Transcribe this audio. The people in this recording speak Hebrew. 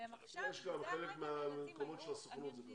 כן, גם חלק מהמקומות של הסוכנות זה ככה.